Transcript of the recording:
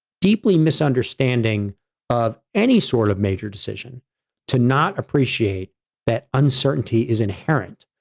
deeply misunderstanding of any sort of major decision to not appreciate that uncertainty is inherent.